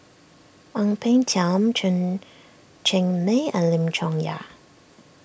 Ang Peng Tiam Chen Cheng Mei and Lim Chong Yah